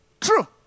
true